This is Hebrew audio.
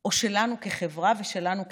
או שלנו כחברה ושלנו כמדינה?